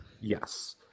Yes